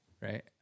right